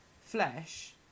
flesh